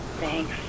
Thanks